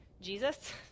Jesus